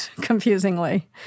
confusingly